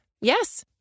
Yes